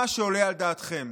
מה שעולה על דעתכם.